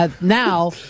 Now